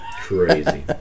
Crazy